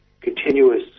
Continuous